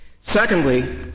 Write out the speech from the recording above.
Secondly